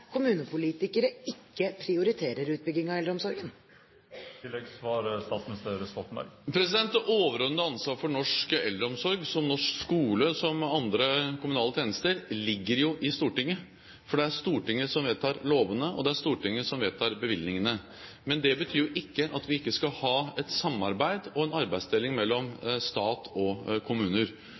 kommunepolitikere ikke prioriterer utbygging av eldreomsorgen? Det overordnede ansvaret for norsk eldreomsorg – som for norsk skole, som for andre kommunale tjenester – ligger jo i Stortinget, for det er Stortinget som vedtar lovene, og det er Stortinget som vedtar bevilgningene. Men det betyr ikke at vi ikke skal ha et samarbeid og en arbeidsdeling mellom stat og kommuner.